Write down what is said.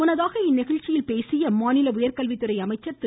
முன்னதாக இந்நிகழ்ச்சியில் பேசிய மாநில உயர்கல்வித்துறை அமைச்சர் திரு